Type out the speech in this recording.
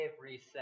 reset